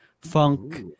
funk